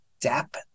Dap